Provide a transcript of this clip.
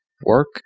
work